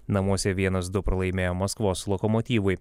namuose vienas du pralaimėjo maskvos lokomotyvui